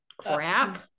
crap